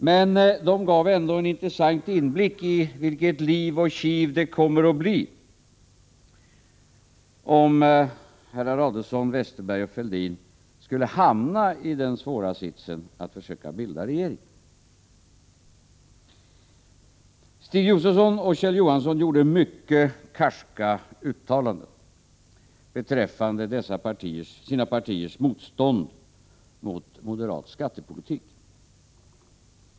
Men det gav ändå en intressant inblick i vilket liv och kiv det kommer att bli om herrar Adelsohn, Westerberg och Fälldin skulle hamna i den svåra sitsen att försöka bilda regering. Stig Josefson och Kjell Johansson gjorde mycket karska uttalanden beträffande sina partiers motstånd mot moderat skattepolitik.